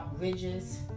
ridges